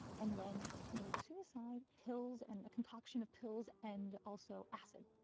and then committed suicide. pills and a concoction of pills and also acid.